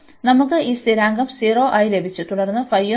അതിനാൽ നമുക്ക് ഈ സ്ഥിരാങ്കം 0 ആയി ലഭിച്ചു തുടർന്ന്